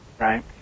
right